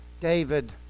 David